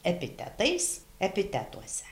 epitetais epitetuose